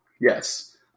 yes